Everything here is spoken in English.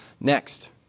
Next